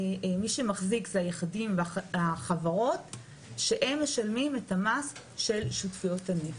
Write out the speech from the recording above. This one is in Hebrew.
זה היחידים והחברות שהם משלמים את המס של שותפויות הנפט.